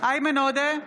איימן עודה,